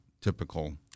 typical